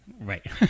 right